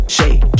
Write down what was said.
Shake